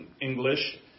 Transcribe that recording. English